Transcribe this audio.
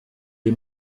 est